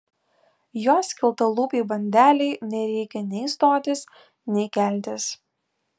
jos skeltalūpei bandelei nereikia nei stotis nei keltis